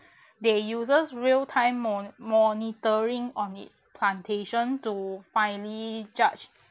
they uses real time moni~ monitoring on its plantation to finally judge